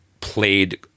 played